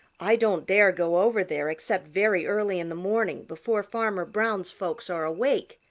i don't dare go over there except very early in the morning before farmer brown's folks are awake,